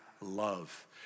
love